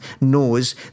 knows